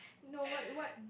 no what what